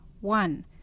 One